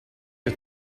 che